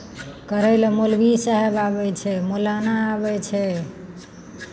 करय लए मौलवी साहेब आबै छै मौलाना आबै छै